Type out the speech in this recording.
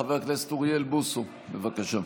חבר הכנסת אוריאל בוסו, בבקשה.